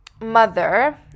mother